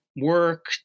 work